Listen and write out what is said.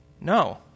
No